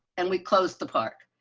and we close the park,